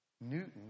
Newton